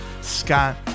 Scott